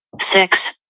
six